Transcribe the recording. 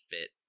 fit